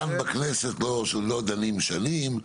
כאן בכנסת לא דנים שנים,